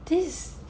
this is